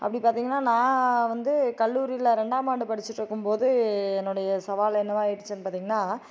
அப்படி பார்த்திங்கன்னா நான் வந்து கல்லூரியில ரெண்டாம் ஆண்டு படிச்சிட்டுருக்கும் போது என்னுடைய சவால் என்னவா ஆயிரிச்சுன்னு பார்த்திங்கன்னா